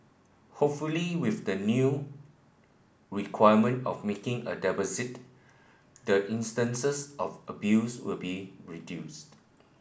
hopefully with the new requirement of making a deposit the instances of abuse will be reduced